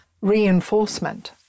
reinforcement